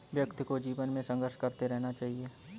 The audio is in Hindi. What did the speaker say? व्यक्ति को जीवन में संघर्ष करते रहना चाहिए